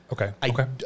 okay